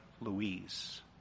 Louise